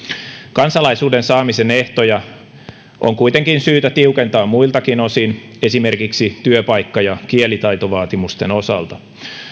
kansalaisuuden saamisen ehtoja on kuitenkin syytä tiukentaa muiltakin osin esimerkiksi työpaikka ja kielitaitovaatimusten osalta